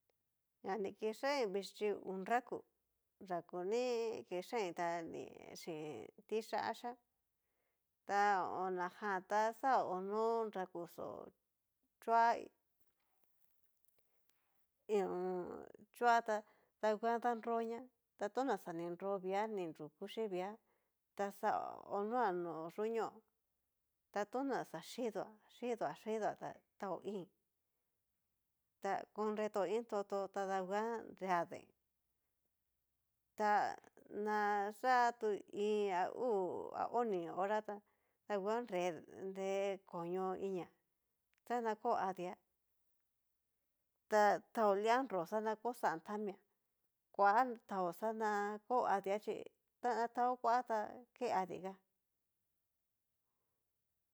N kikxain vichi ngu nraku nraku ni kixain ta ni xhin tiyáxhá, ta najan ta xaono nrakuxó choá hi o on. choá ta danguan danroña ta tona xa ni nrovia ni nru yuxhi via, ta xa honoa no yuñó ta tona xa xhidóa xhidoa xhidoa ta taó íin, ta konreto iin totó tada nguan nrea deen, ta na yá tu iin a uu a oni hora ta tadanguan nre nre koño iniá, xan kó adia ta taó lia nro xana kó xantamiá, kua tan xa na kó adia chí ta taó kua ta ke adiaga.